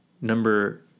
Number